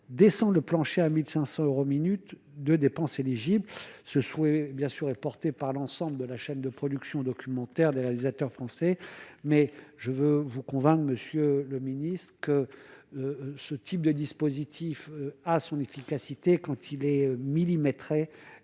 descend le plancher à 1500 euros minutes de dépenses éligibles ce souhait bien sûr est porté par l'ensemble de la chaîne de production document. Terre des réalisateurs français, mais je veux vous convainc Monsieur le Ministre, que ce type de dispositif à son efficacité quand il est millimétrée